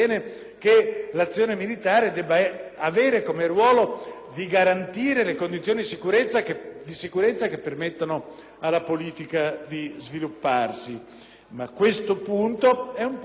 di sicurezza che permettono alla politica di svilupparsi. Ma questo è un punto sul quale il nostro Paese può esercitare un ruolo.